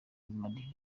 bimariye